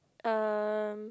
erm